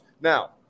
Now –